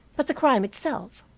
but the crime itself.